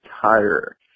tire